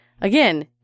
Again